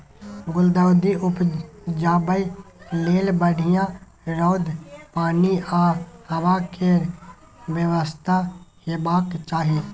गुलदाउदी उपजाबै लेल बढ़ियाँ रौद, पानि आ हबा केर बेबस्था हेबाक चाही